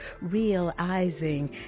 realizing